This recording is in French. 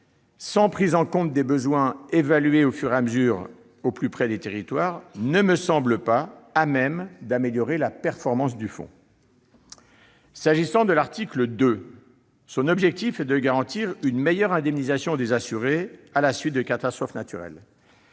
sans prise en compte des besoins, évalués au fur et à mesure, au plus près des territoires, n'est pas à même d'améliorer la performance du fonds. S'agissant de l'article 2, son objectif est de garantir une meilleure indemnisation des assurés à la suite de catastrophes naturelles.